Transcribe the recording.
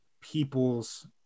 people's